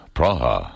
Praha